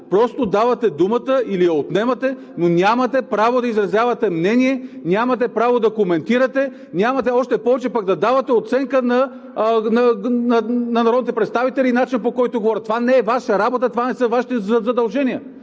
просто давате думата или я отнемате, но нямате право да изразявате мнение, нямате право да коментирате, още повече нямате право пък да давате оценка на народните представители за начина, по който говорят. Това не е Ваша работа, това не са Вашите задължения!